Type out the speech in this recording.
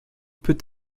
peut